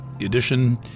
edition